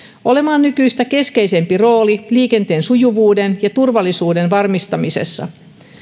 olemaan nykyistä keskeisempi rooli liikenteen sujuvuuden ja turvallisuuden varmistamisessa